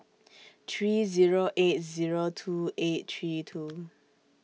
three Zero eight Zero two eight three two